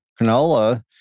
canola